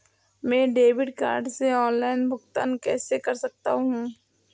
मैं debit card से online भुगतान कैसे कर सकता हूँ?